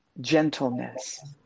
gentleness